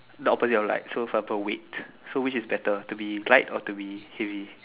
the opposite of liked so for example weight so which is better to be light or to be heavy